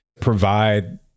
provide